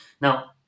Now